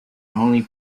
only